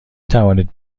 توانید